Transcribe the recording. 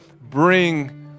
bring